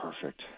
perfect